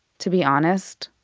to be honest,